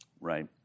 Right